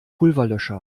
pulverlöscher